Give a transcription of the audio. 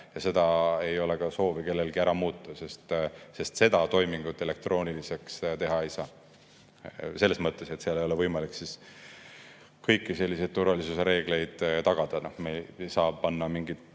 ja seda ei ole soovi kellelgi ära muuta, sest seda toimingut elektrooniliseks teha ei saa. Selles mõttes, et muidu ei ole võimalik kõiki turvalisuse reegleid tagada. Me ei saa panna